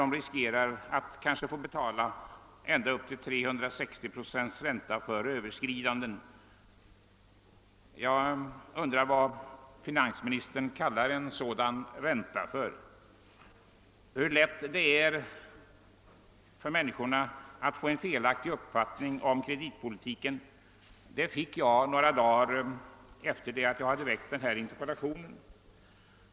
De riskerar ju att få betala ända upp till 360 procents ränta för över skridanden. Jag undrar vad finansministern kallar en sådan ränta. En illustration till hur lätt det är för människorna att få felaktig uppfattning om kreditpolitiken erhöll jag några dagar efter det att jag framställt denna interpellation.